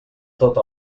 tota